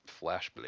Flashblade